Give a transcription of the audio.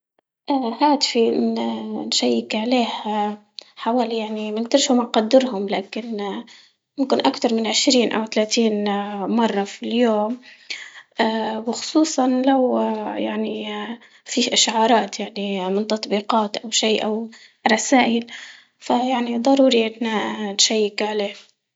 اه هاد في عليه حوالي يعني من كلفة نقدرهم لكن اه ممكن أكتر من عشرين أو تلاتين اه مرة في اليوم، اه وخصوصا لو اه يعني اه في اشعارات يعني من تطبيقات أو شي او رسائل ضروري انها تشيك عليه.